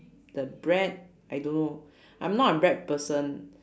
the bread I don't know I'm not a bread person